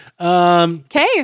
Okay